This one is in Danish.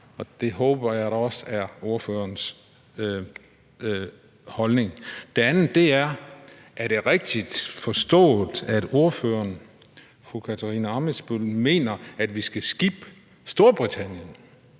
det håber jeg da også er ordførerens holdning. Det andet er: Er det rigtigt forstået, at ordføreren, fru Kathrine Ammitzbøll, mener, at vi skal skippe Storbritannien,